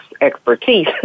expertise